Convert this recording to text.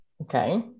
Okay